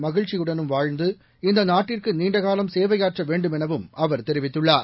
மதிழ்ச்சியுடனும் வாழ்ந்து இந்த நாட்டிற்கு நீண்ட காலம் சேவையாற்ற வேண்டுமெனவும் அவர் தெரிவித்துள்ளார்